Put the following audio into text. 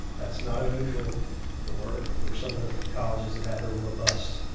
that's not unusual for for some of the colleges that have the robust